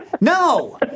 No